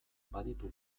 baditu